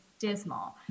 dismal